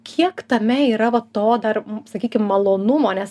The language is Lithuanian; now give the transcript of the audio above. kiek tame yra va to dar sakykim malonumo nes